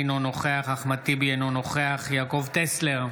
אינו נוכח אחמד טיבי, אינו נוכח יעקב טסלר,